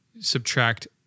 subtract